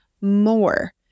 more